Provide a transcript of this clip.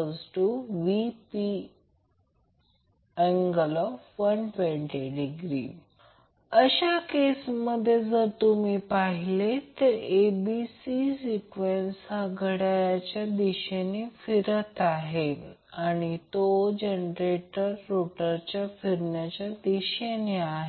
120° VcnVp∠ 240°Vp∠120° अशा केसमध्ये जर तुम्ही पाहिले तर abc सिक्वेन्स हा घडाळ्याच्या दिशेने फिरत आहे आणि तो जनरेटरच्या रोटर फिरण्याच्या दिशेने आहे